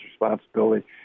responsibility